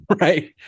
Right